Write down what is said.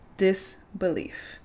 disbelief